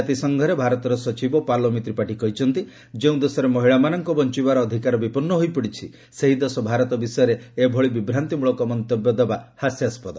ଜାତିସଂଘରେ ଭାରତର ସଚିବ ପାଲୋମି ତ୍ରିପାଠୀ କହିଛନ୍ତି ଯେଉଁ ଦେଶରେ ମହିଳାମାନଙ୍କ ବଞ୍ଚବାର ଅଧିକାର ବିପନ୍ନ ହୋଇପଡ଼ିଛି ସେହି ଦେଶ ଭାରତ ବିଷୟରେ ଏଭଳି ବିଭ୍ରାନ୍ତିମଳକ ମନ୍ତବ୍ୟ ଦେବା ହାସ୍ୟାସ୍କଦ